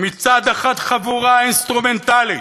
מצד אחד, חבורה אינסטרומנטלית,